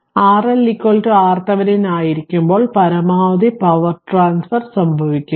അതിനാൽ RL RThevenin ആയിരിക്കുമ്പോൾ പരമാവധി പവർ സംഭവിക്കുന്നു